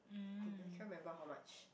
I think I cannot remember how much